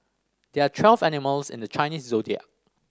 there are twelve animals in the Chinese Zodiac